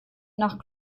nach